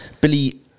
Billy